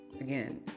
again